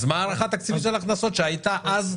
אז מה ההערכה התקציבית של ההכנסות שהייתה אז והיום?